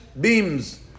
beams